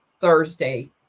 Thursday